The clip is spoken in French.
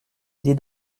idée